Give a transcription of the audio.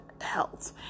health